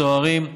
סוהרים,